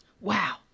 wow